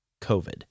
COVID